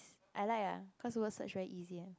I like ah cause word search very easy leh